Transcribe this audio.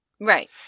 Right